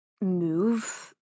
move